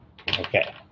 Okay